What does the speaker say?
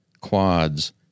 quads